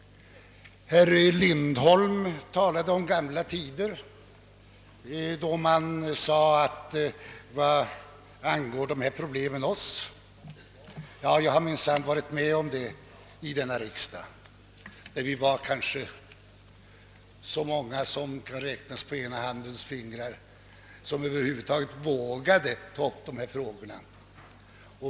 Herr Lindholm erinrade om gamla tider, då man ofta hörde frågan: Vad angår dessa problem oss? Ja, jag har nog mött den attityden här i riksdagen, när vi som över huvud taget vågade ta upp dessa problem inte var fler än att vi kunde räknas på ena handens fingrar.